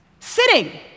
Sitting